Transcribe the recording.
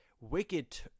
Wicked